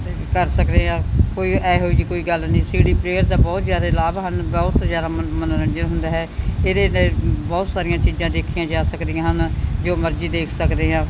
ਕਰ ਸਕਦੇ ਹਾਂ ਕੋਈ ਇਹੋ ਜਿਹੀ ਕੋਈ ਗੱਲ ਨਹੀਂ ਸੀਡੀ ਪ੍ਰੇਅਰ ਦਾ ਬਹੁਤ ਜ਼ਿਆਦਾ ਲਾਭ ਹਨ ਬਹੁਤ ਜ਼ਿਆਦਾ ਮਨ ਮਨੋਰੰਜਨ ਹੁੰਦਾ ਹੈ ਇਹਦੇ 'ਤੇ ਬਹੁਤ ਸਾਰੀਆਂ ਚੀਜ਼ਾਂ ਦੇਖੀਆਂ ਜਾ ਸਕਦੀਆਂ ਹਨ ਜੋ ਮਰਜ਼ੀ ਦੇਖ ਸਕਦੇ ਹਾਂ